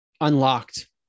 unlocked